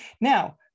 Now